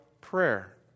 prayer